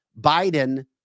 Biden